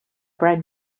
brand